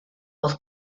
oedd